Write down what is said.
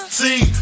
see